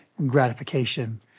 gratification